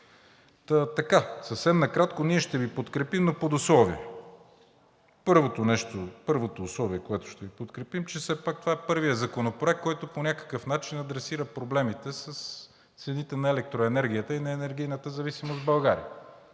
си. Съвсем накратко – ние ще Ви подкрепим, но под условие. Първото условие, за което ще Ви подкрепим, че все пак това е първият законопроект, който по някакъв начин адресира проблемите с цените на електроенергията и на енергийната зависимост в България.